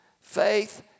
faith